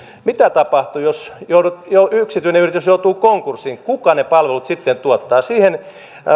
mitä tapahtuu jos yksityinen yritys joutuu konkurssiin kuka ne palvelut sitten tuottaa siihen